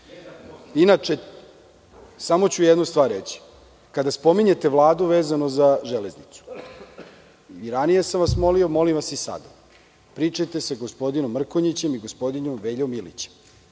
samo ću jednu stvar reći. Kada spominjete Vladu vezano za železnicu i ranije sam vas molio, molim vas i sada, pričajte sa gospodinom Mrkonjićem i gospodinom Veljom Ilićem,